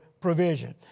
provision